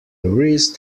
wrist